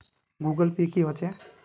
Google pay की होचे?